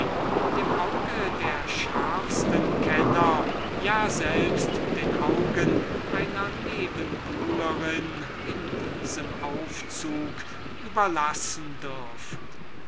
dem auge der schärfsten kenner ja selbst den augen einer nebenbuhlerin in diesem aufzug überlassen dürfen